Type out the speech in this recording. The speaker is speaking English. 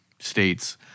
states